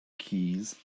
keys